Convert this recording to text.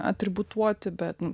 atributuoti bet n